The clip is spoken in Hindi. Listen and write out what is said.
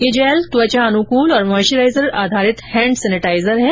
ये जैल त्वाचा अनुकूल और माइश्चराइजर आधारित हैंड सेनेटाइजर है